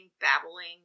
babbling